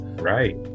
Right